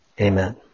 Amen